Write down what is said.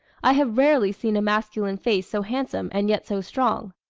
i have rarely seen a masculine face so handsome and yet so strong.